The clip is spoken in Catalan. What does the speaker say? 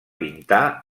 pintar